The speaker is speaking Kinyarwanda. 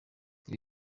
ibi